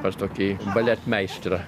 pas tokį baletmeistrą